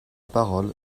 parole